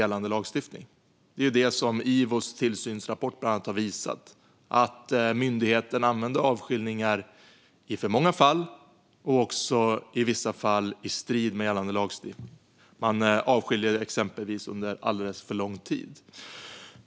Bland annat har Ivos tillsynsrapport visat att myndigheten använder avskiljningar i för många fall och i vissa fall också i strid med gällande lagstiftning. Avskiljningarna pågår exempelvis under alldeles för lång tid.